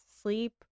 sleep